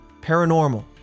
paranormal